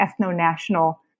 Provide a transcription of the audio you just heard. ethno-national